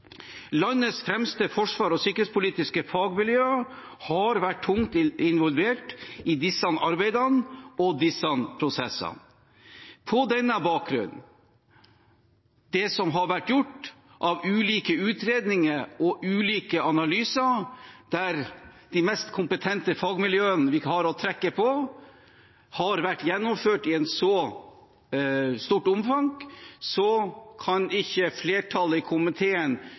Landets fremste forsvars- og sikkerhetspolitiske fagmiljøer har vært tungt involvert i disse arbeidene og i disse prosessene. På bakgrunn av det som har vært gjort av ulike utredninger og analyser av de mest kompetente fagmiljøene vi har å trekke på, og som har vært gjennomført i et så stort omfang, kan ikke flertallet i komiteen